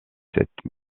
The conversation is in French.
cette